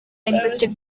linguistic